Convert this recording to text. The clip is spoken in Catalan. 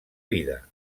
vida